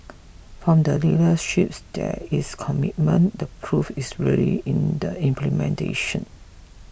from the leaderships there is a commitment the proof is really in the implementation